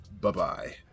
Bye-bye